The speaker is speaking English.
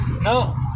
no